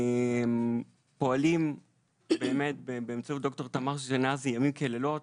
פועלים באמת באמצעות ד"ר תמר אשכנזי לילות